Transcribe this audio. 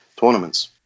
tournaments